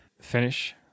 finish